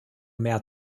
mehr